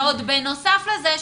בנוסף לזה,